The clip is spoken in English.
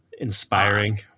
Inspiring